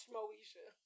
Moesha